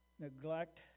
neglect